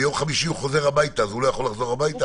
ביום חמישי הוא חוזר הביתה והוא לא יכול לחזור הביתה.